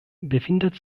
befindet